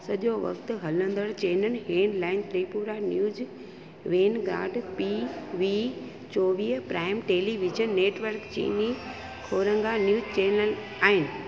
सॼो वक़्ति हलंदड़ channel headline Tripura news Vanguard P B चोवीह prime television network Chini Khorang news channel आहिनि